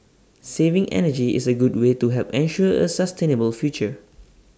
saving energy is A good way to help ensure A sustainable future